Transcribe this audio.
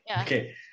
Okay